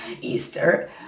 Easter